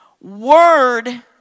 Word